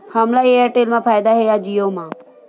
हमला एयरटेल मा फ़ायदा हे या जिओ मा?